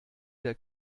der